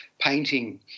painting